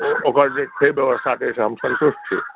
ओकर जे छै व्यवस्था ताहि सॅं हम संतुष्ट छी